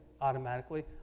automatically